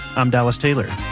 i'm dallas taylor